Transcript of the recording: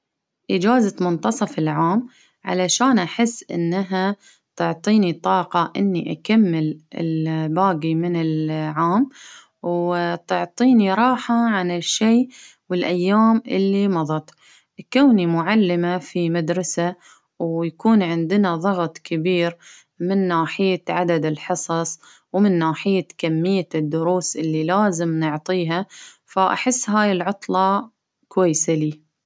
إجازة منتصف العام علشان أحس إنها تعطيني طاقة إني أكمل ال-باقي من العام، وتعطيني راحة عن الشيء والأيام اللي مضت، كوني معلمة في مدرسة ويكون عندنا ضغط كبير من ناحية عدد الحصص ومن ناحية كمية الدروس اللي لازم نعطيها. فأحس هاي العطلة كويسة لي.